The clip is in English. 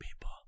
people